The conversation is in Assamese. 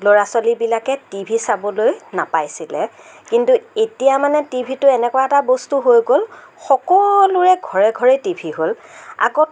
ল'ৰা ছোৱালীবিলাকে টি ভি চাবলৈ নাপাইছিলে কিন্তু এতিয়া মানে টিভিটো এনেকুৱা এটা বস্তু হৈ গ'ল সকলোৰে ঘৰে ঘৰেই টি ভি হ'ল আগত